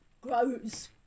grows